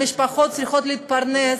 המשפחות צריכות להתפרנס,